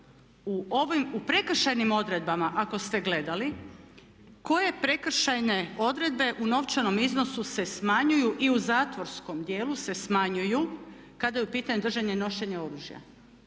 u prekršajnim odredbama ako ste gledali, koje prekršajne odredbe u novčanom iznosu se smanjuju i u zatvorskom djelu se smanjuju kada je u pitanju držanje i nošenje oružja,